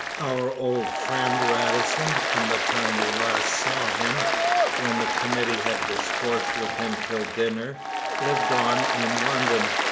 our old friend radisson, from the time we last saw him when the committee had discourse with him till dinner' lived on in london,